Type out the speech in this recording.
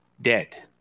dead